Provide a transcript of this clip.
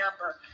number